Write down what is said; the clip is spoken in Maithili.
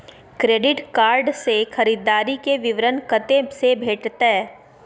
क्रेडिट कार्ड से खरीददारी के विवरण कत्ते से भेटतै?